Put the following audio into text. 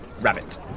Rabbit